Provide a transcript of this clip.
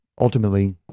ultimately